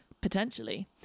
potentially